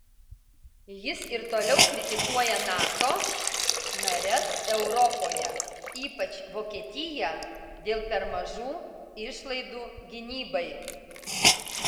jis ir toliau kritikuoja nato nares europoje ypač vokietiją dėl per mažų išlaidų gynybai